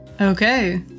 Okay